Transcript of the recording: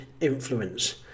influence